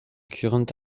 current